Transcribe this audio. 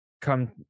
come